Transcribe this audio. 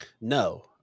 No